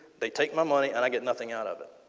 they take my money and i get nothing out of it.